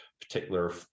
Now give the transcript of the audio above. particular